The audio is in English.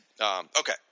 okay